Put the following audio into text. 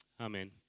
Amen